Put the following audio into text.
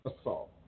assault